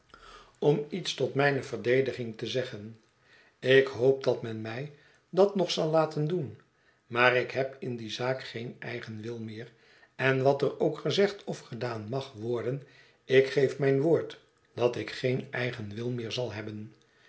om iets tot mijne verdediging te zeggen ik hoop dat men mij dat nog zal laten doen maar ik heb in die zaak geen eigen wil meer en wat er ook gezegd of gedaan mag worden ik geef mijn woord dat ik geen eigen wil meer zal hebben